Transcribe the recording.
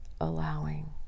allowing